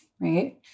right